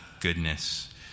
goodness